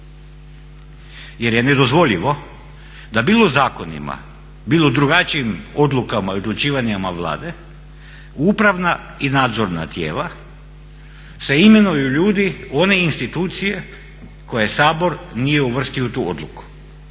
Jer je nedozvoljivo da bilo zakonima, bilo drugačijim odlukama i odlučivanjima Vlade u upravna i nadzorna tijela se imenuju ljudi u one institucije koje Sabor nije uvrstio u tu odluku.